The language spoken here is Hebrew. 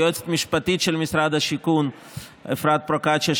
ליועצת המשפטית של משרד השיכון אפרת פרוקצ'יה,